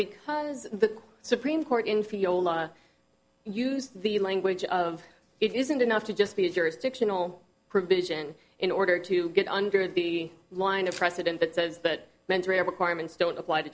because the supreme court in fiola use the language of it isn't enough to just be a jurisdictional provision in order to get under the line of precedent that says that mentoring requirements don't apply to